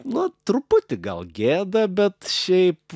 na truputį gal gėda bet šiaip